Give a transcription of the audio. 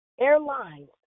Airlines